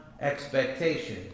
expectation